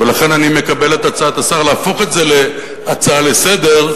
ולכן אני מקבל את הצעת השר להפוך את זה להצעה לסדר-היום.